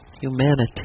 Humanity